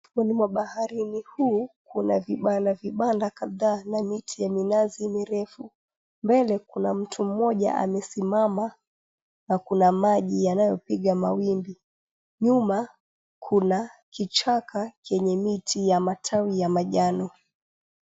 Ufuoni mwa baharini huu kuna vibanda vibanda kadhaa na miti ya minazi mirefu. Mbele kuna mtu amesimama na kuna maji yanayopiga mawimbi. Nyuma kuna kichaka kienye miti ya matawi ya manjano.